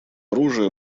оружия